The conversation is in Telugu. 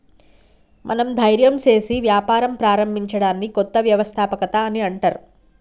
మనం ధైర్యం సేసి వ్యాపారం ప్రారంభించడాన్ని కొత్త వ్యవస్థాపకత అని అంటర్